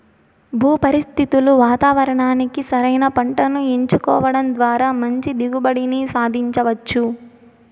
భూ పరిస్థితులు వాతావరణానికి సరైన పంటను ఎంచుకోవడం ద్వారా మంచి దిగుబడిని సాధించవచ్చు